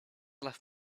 left